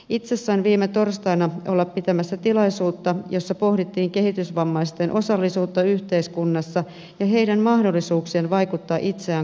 itse sain viime torstaina olla pitämässä tilaisuutta jossa pohdittiin kehitysvammaisten osallisuutta yhteiskunnassa ja heidän mahdollisuuksiaan vaikuttaa itseään koskeviin asioihin